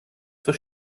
zur